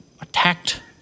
attacked